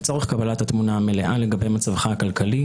לצורך קבלת התמונה המלאה לגבי מצבך הכלכלי,